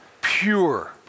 pure